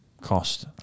cost